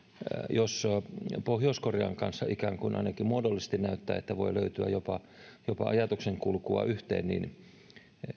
jos pohjois korean kanssa ikään kuin ainakin muodollisesti näyttää siltä että voi löytyä jopa jopa ajatuksenkulkua yhteen niin